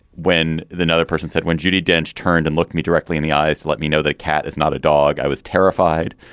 when the and other person said when judi dench turned and looked me directly in the eyes, let me know. the cat is not a dog. i was terrified.